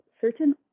certain